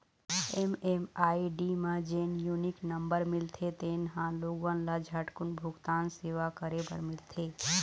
MMID म जेन unique number मिलथे तेन ह लोगन ल झटकून भूगतान सेवा करे बर मिलथे